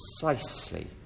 precisely